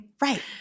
Right